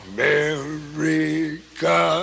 America